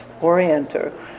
orienter